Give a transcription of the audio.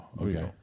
Okay